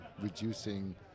reducing